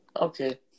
Okay